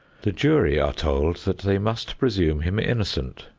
the jury are told that they must presume him innocent,